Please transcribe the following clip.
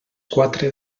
quatre